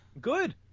Good